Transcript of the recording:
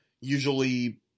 usually